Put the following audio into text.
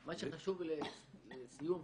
מה שחשוב, לסיום,